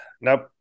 Nope